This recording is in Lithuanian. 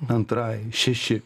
antrajai šeši